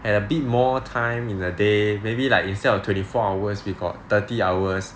have a bit more time in the day maybe like instead of twenty four hours we got thirty hours